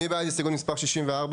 מי בעד הסתייגות מספר 64?